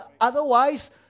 Otherwise